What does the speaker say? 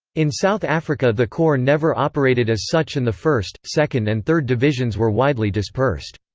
in south africa the corps never operated as such and the first, second and third divisions were widely dispersed.